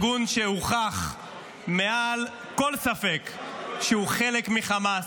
ארגון שהוכח מעל כל ספק שהוא חלק מחמאס,